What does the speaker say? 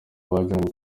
bajyanywe